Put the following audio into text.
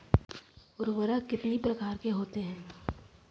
उर्वरक कितनी प्रकार के होते हैं?